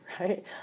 right